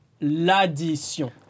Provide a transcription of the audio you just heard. l'addition